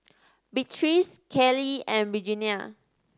Beatrice Kelly and Regenia